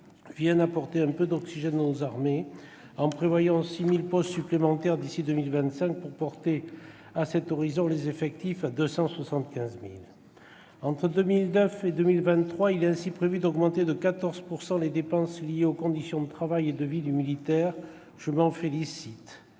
vienne apporter un peu d'oxygène à nos armées, en prévoyant 6 000 postes supplémentaires d'ici à 2025, pour porter à cet horizon les effectifs à 275 000 personnes. Entre 2019 et 2023, il est ainsi prévu d'augmenter de 14 % les dépenses liées aux conditions de travail et de vie du militaire. Je me félicite,